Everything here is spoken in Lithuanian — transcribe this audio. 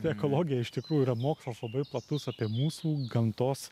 ekologija iš tikrųjų yra mokslas labai platus apie mūsų gamtos